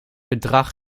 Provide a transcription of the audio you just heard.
bedrag